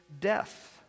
death